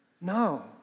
No